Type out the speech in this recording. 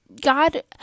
God